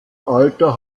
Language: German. alter